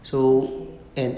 okay